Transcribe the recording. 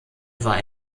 war